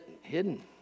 hidden